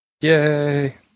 Yay